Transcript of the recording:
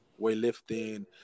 weightlifting